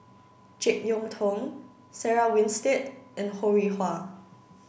Jek Yeun Thong Sarah Winstedt and Ho Rih Hwa